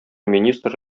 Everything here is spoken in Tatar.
министры